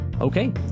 okay